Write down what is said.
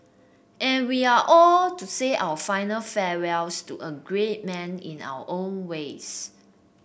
and we are all to say our final farewells to a great man in our own ways